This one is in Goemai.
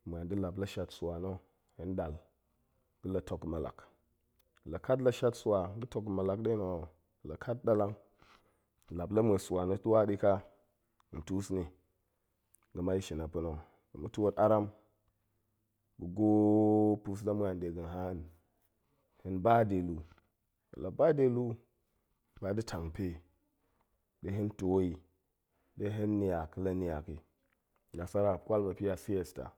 hen ma̱an da̱ lap la shat swa na̱ hen ɗal, ga̱ la tok ga̱ ma̱alak, la kat la shat swa ga̱ tok ga̱ ma̱alak nɗe na̱ ho, la kat ɗalang, hen lap la ma̱es swa na̱ swa ɗi ƙa, hen tus ni, ga̱mai shin a pa̱na̱, la ma̱ twot aram, ma̱ gwoo pa̱es la ma̱an de ga̱n haan, hen ba de luu, hen la ba de luu, ba da̱ tang pe ɗe hen to i ɗe hen niak la niak i, nasara muop kwal yin a siester.